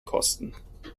kosten